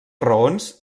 raons